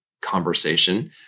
conversation